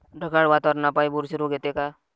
ढगाळ वातावरनापाई बुरशी रोग येते का?